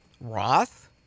Roth